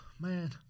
man